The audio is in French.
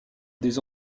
des